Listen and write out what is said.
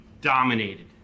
dominated